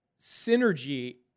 synergy